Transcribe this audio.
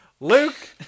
Luke